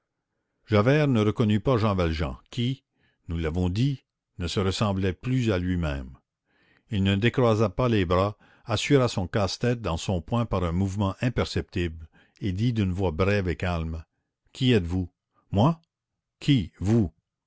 ne reconnut pas jean valjean qui nous l'avons dit ne se ressemblait plus à lui-même il ne décroisa pas les bras assura son casse-tête dans son poing par un mouvement imperceptible et dit d'une voix brève et calme qui êtes-vous moi qui vous